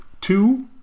two